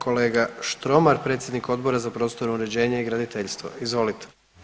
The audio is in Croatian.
Kolega Štromar, predsjednik Odbora za prostorno uređenje i graditeljstvo, izvolite.